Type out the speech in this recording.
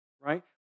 right